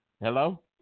hello